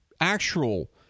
actual